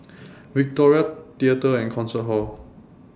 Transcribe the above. Victoria Theatre and Concert Hall